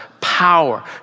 power